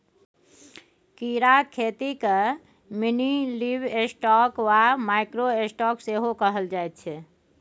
कीड़ाक खेतीकेँ मिनीलिवस्टॉक वा माइक्रो स्टॉक सेहो कहल जाइत छै